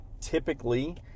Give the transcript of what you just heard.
typically